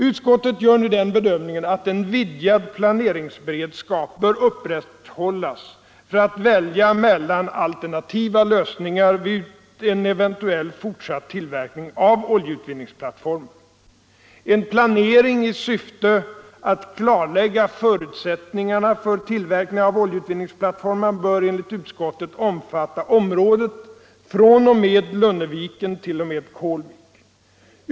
Utskottet gör nu den bedömningen att en vidgad planeringsberedskap bör upprätthållas för att välja mellan alternativa lösningar vid en eventuell fortsatt tillverkning av oljeutvinningsplattformar. En planering i syfte att klarlägga förutsättningarna för tillverkning av oljeutvinningsplattformar bör enligt utskottet omfatta området fr.o.m. Lunneviken t.o.m. Kålvik.